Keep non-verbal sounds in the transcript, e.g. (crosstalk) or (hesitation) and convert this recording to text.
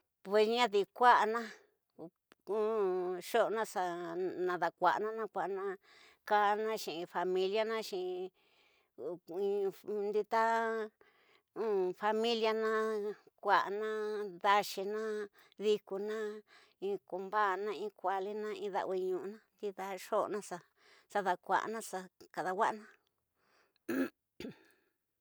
Pues ñadi kuana xo'ona (hesitation) xa nadakuana nakuiña ñkanaga xi in familienxi ndida (hesitation) familienxi, kuana, daxiñaxi kona in k bax tayin kuatina in dawinusna ndida xorona xa da kuana xa dawa'ana (noise)